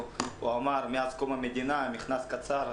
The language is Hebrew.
הוא אמר שמאז קום המדינה היו מכנסיים קצרים.